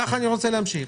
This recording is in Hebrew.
כך אני רוצה להמשיך.